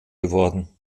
geworden